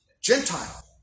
Gentile